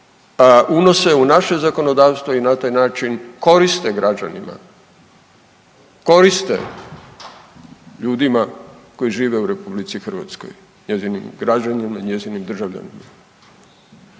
unose u naše zakonodavstvo i na taj način koriste građanima, koriste ljudima koji žive u RH, njezinim građanima i njezinim državljanima.